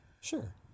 Sure